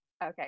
Okay